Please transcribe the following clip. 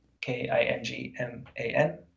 K-I-N-G-M-A-N